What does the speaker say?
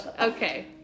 Okay